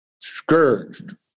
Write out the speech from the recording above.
Scourged